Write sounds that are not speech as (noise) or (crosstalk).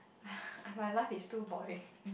(noise) my life is too boring